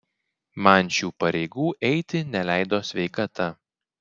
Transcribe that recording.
man šių pareigų eiti neleido sveikata